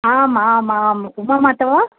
आम् आम् आम् उमा मातो वा